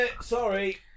sorry